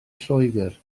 lloegr